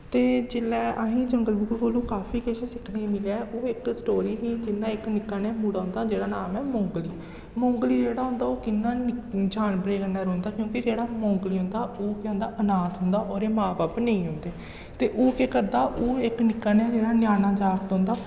ते जेल्लै असें गी जंगल बुक कोला काफी किश सिक्खने गी मिलेआ ओह् इक स्टोरी ही जियां इक निक्का नेहा मुड़ा होंदा जेह्दा नांऽ ऐ मोंगली मोंगली जेह्ड़ा होंदा ओह् कि'यां जानवरै कन्नै रौंहदा क्योंकि जेह्ड़ा मोंगली होंदा ओह् केह् होंदा अनाथ होंदा ओह्दे मां बब्ब नेईं होंदे ते ओह् केह् करदा ओह् इक निक्के नेहा जेह्ड़ा न्याना जागत होंदा